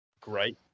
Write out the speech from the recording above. great